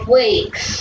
weeks